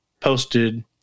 posted